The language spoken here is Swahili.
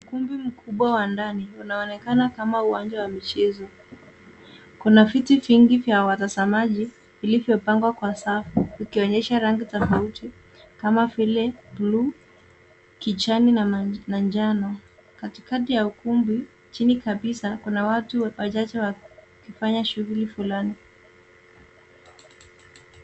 Ukumbi mkubwa wa ndani unaoonekana kama uwanja wa michezo. Kuna viti vingi vya watazamaji vilivyopangwa kwa safu vikionyesha rangi tofauti kama vile bluu, kijani na njano. Katikati ya ukumbi, chini kabisa, kuna watu wachache wakifanya shughuli fulani.